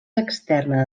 externa